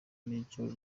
n’icyo